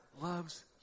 loves